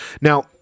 Now